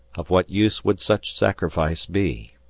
of what use would such sacrifice be?